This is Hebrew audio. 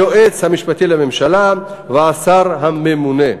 היועץ המשפטי לממשלה והשר הממונה.